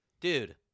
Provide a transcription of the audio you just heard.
Dude